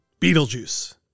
Beetlejuice